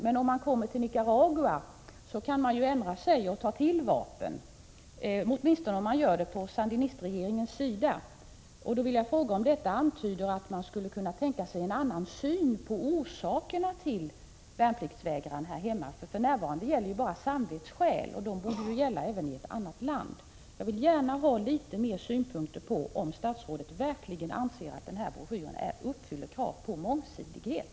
Men om man kommer till Nicaragua kan man ju ändra sig och ta till vapen, åtminstone på sandinistregeringens sida. Jag vill fråga om detta antyder om att man skulle kunna tänka sig en annan syn på orsaken till värnpliktsvägran här hemma. För närvarande gäller ju bara samvetsskäl som orsak, och samvetet borde ju råda även i ett annat land. Jag vill gärna höra litet flera synpunkter från statsrådet på om hon anser att broschyren uppfyller kravet på mångsidighet.